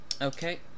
Okay